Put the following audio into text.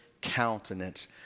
countenance